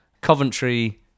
Coventry